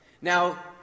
Now